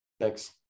Thanks